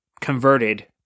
converted